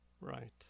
Right